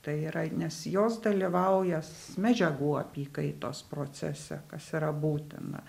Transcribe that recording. tai yra nes jos dalyvauja s medžiagų apykaitos procese kas yra būtina